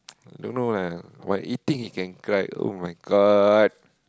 don't know lah while eating he can cry oh-my-God